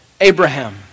Abraham